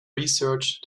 research